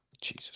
Jesus